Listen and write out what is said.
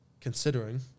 considering